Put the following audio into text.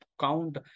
count